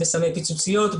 בסמי פיצוציות,